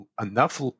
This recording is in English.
enough